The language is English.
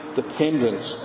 dependence